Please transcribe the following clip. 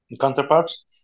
counterparts